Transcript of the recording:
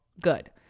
good